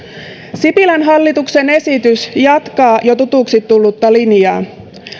sipilän hallituksen esitys jatkaa jo tutuksi tullutta linjaa